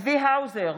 צבי האוזר,